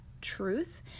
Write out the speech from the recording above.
truth